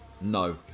no